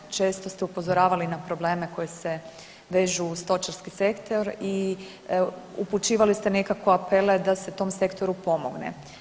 Često ste upozoravali na probleme koji se vežu uz stočarski sektor i upućivali ste nekakve apele da se tom sektoru pomogne.